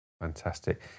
Fantastic